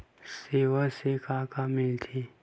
सेवा से का का मिलथे?